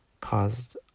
caused